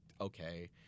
Okay